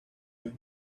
you